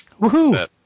Woohoo